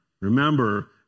Remember